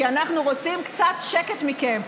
כי אנחנו רוצים קצת שקט מכם.